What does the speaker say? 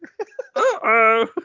Uh-oh